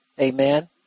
Amen